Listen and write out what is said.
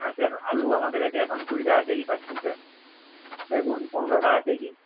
হ্যাঁ স্যার আলু আমাদের কাছে এখন কুড়ি টাকা কেজি পাচ্ছেন স্যার বেগুন পনেরো টাকা কেজি